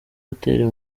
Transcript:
gutera